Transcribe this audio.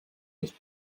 nicht